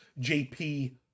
JP